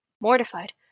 Mortified